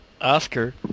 Oscar